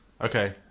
Okay